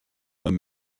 einem